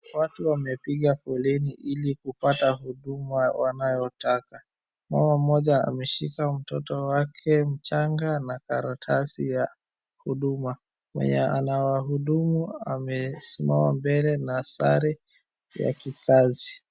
Watu wamepiga foleni ili kupata huduma wanayotaka. Mama mmoja ameshika mtoto wake mchanga na karatasi ya huduma. Mwenye anawahudumu amesimama mbele na sare ya kikazi.